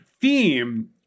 theme